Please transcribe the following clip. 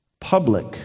public